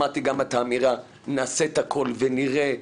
שמעתי גם את האמירה נעשה את הכול ונראה,